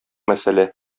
мәсьәлә